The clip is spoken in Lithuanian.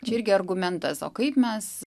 čia irgi argumentas o kaip mes